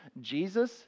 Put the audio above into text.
Jesus